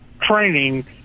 training